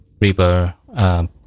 river